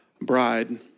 bride